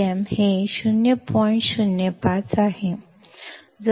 05 ಆಗಿರುತ್ತದೆ